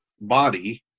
body